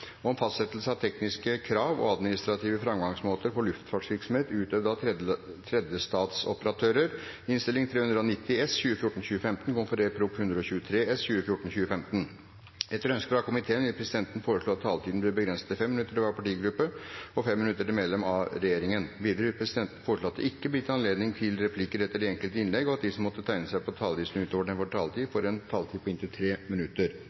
om ordet til sakene nr. 11 og 12. Etter ønske fra transport- og kommunikasjonskomiteen vil presidenten foreslå at taletiden blir begrenset til 5 minutter til hver partigruppe og 5 minutter til medlem av regjeringen. Videre vil presidenten foreslå at det ikke blir gitt anledning til replikker etter de enkelte innlegg, og at de som måtte tegne seg på talerlisten utover den fordelte taletid, får en taletid på inntil 3 minutter.